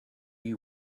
you